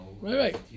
Right